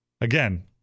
Again